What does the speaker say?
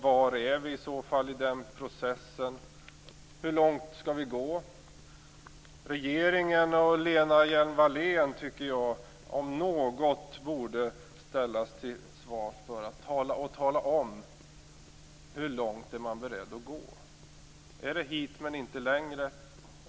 Var är vi i så fall i den processen? Hur långt skall vi gå? Jag tycker att regeringen och Lena Hjelm-Wallén om något borde ställas till svars för och tala om hur långt man är beredd att gå. Är det hit men inte längre?